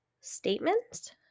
statements